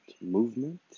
movement